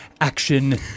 action